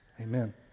Amen